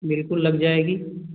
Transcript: बिल्कुल लग जाएगी